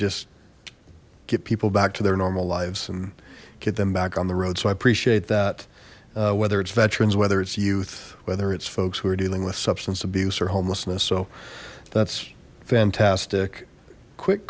just get people back to their normal lives and get them back on the road so i appreciate that whether it's veterans whether it's youth whether it's folks who are dealing with substance abuse or homelessness so that's fantastic quick